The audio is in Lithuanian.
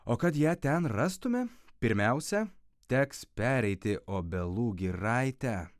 o kad ją ten rastume pirmiausia teks pereiti obelų giraitę